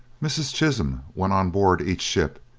mrs. chisholm went on board each ship,